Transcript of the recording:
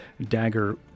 dagger